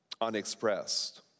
unexpressed